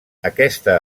aquesta